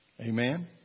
Amen